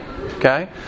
Okay